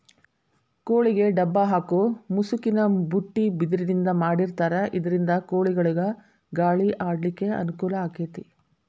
ಕೋಳಿಗೆ ಡಬ್ಬ ಹಾಕು ಮುಸುಕಿನ ಬುಟ್ಟಿ ಬಿದಿರಿಂದ ಮಾಡಿರ್ತಾರ ಇದರಿಂದ ಕೋಳಿಗಳಿಗ ಗಾಳಿ ಆಡ್ಲಿಕ್ಕೆ ಅನುಕೂಲ ಆಕ್ಕೆತಿ